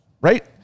right